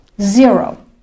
Zero